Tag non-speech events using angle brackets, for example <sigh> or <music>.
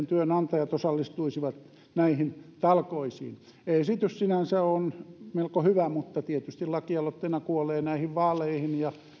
<unintelligible> työnantajat osallistuivat näihin talkoisiin esitys sinänsä on melko hyvä mutta tietysti lakialoitteena kuolee näihin vaaleihin ja